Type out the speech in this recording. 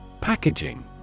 Packaging